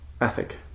ethic